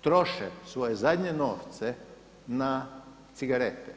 troše svoje zadnje novce na cigarete.